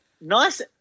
Nice